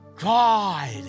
God